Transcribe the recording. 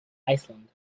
iceland